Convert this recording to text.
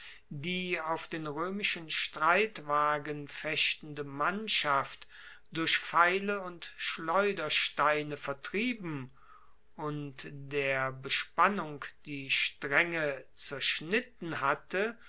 die auf den roemischen streitwagen fechtende mannschaft durch pfeile und schleudersteine vertrieben und der bespannung die straenge zerschnitten hatte